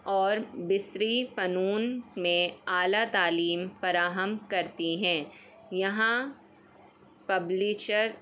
اور بصری فنون میں اعلیٰ تعلیم فراہم کرتی ہیں یہاں پبلشر